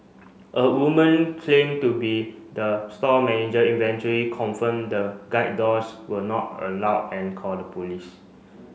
a woman claim to be the store manager eventually confirmed the guide dogs were not allowed and called police